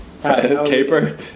caper